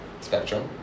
spectrum